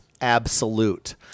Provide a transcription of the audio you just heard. absolute